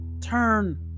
turn